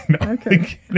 Okay